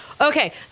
okay